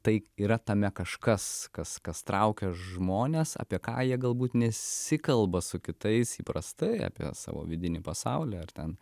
tai yra tame kažkas kas kas traukia žmones apie ką jie galbūt nesikalba su kitais įprastai apie savo vidinį pasaulį ar ten